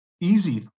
easy